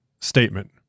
Statement